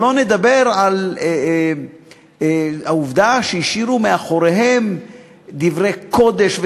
שלא לדבר על העובדה שהשאירו מאחוריהם דברי קודש.